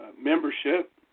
membership